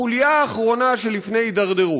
החוליה האחרונה שלפני הידרדרות.